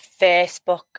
Facebook